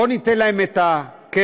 בוא ניתן להם את הקמח,